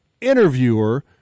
interviewer